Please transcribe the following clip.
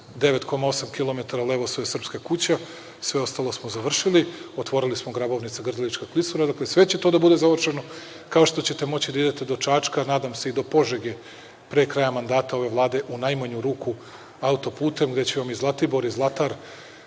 Levosoj Srpska kuća, sve ostalo smo završili. Otvorili smo Grabovnica - Grdelička klisura. Dakle, sve će to da bude završeno kao što ćete moći da idete do Čačka, nadam se i do Požege pre kraja mandata ove Vlade u najmanju ruku autoputem gde će vam i Zlatibor i Zlatar